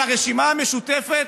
על הרשימה המשותפת,